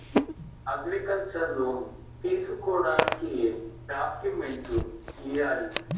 Agriculture loan తీసుకోడానికి ఏం డాక్యుమెంట్లు ఇయ్యాలి?